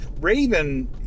raven